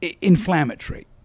inflammatory